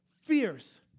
fierce